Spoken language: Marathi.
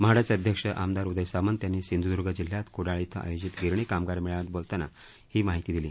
म्हाडाचे अध्यक्ष आमदार उदय सामंत यांनी सिंधुदर्ग जिल्ह्यात कुडाळ इथ आयोजित गिरणी कामगार मेळाव्यात बोलताना ही माहिती दिली